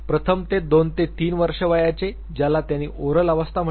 प्रथम ते 2 वर्षे वयाचे ज्याला त्याने ओरल अवस्था म्हटले आहे